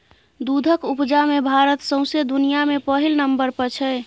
दुधक उपजा मे भारत सौंसे दुनियाँ मे पहिल नंबर पर छै